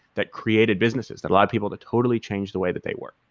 that created businesses that allowed people to totally change the way that they work.